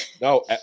No